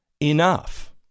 enough